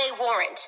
warrant